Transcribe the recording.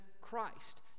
Christ